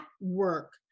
work